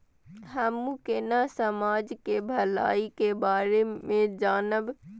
हमू केना समाज के भलाई के बारे में जानब?